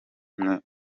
kumwe